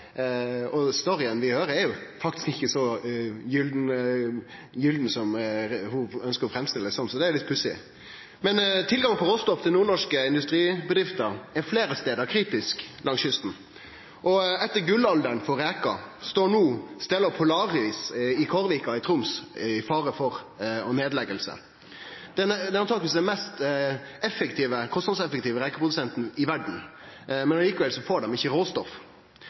og storyen vi høyrer, er ikkje så gyllen som ho ønskjer å framstille det som. Så det er litt pussig. Men tilgangen på råstoff til nordnorske industribedrifter er fleire stader kritisk langs kysten. Etter gullalderen for reker står no Stella Polaris i Kårvika i Troms i fare for nedlegging. Det er antakeleg den mest kostnadseffektive rekeprodusenten i verda, men likevel får dei ikkje råstoff.